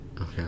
Okay